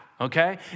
okay